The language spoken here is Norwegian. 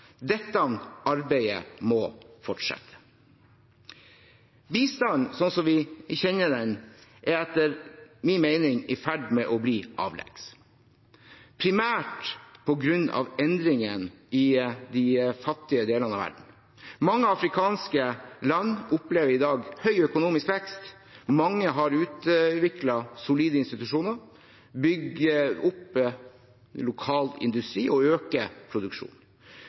Dette arbeidet må fortsette. Bistand slik vi kjenner den, er etter min mening i ferd med å bli avleggs, primært på grunn av endringer i de fattige delene av verden. Mange afrikanske land opplever i dag høy økonomisk vekst, mange har utviklet solide institusjoner, bygger opp lokal industri og